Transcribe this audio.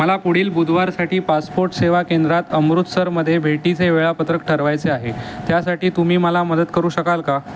मला पुढील बुधवारसाठी पासपोर्ट सेवा केंद्रात अमृतसरमध्ये भेटीचे वेळापत्रक ठरवायचे आहे त्यासाठी तुम्ही मला मदत करू शकाल का